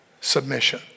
submission